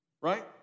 right